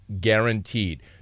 Guaranteed